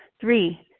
Three